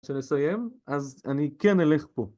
כשנסיים, אז אני כן אלך פה.